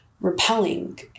repelling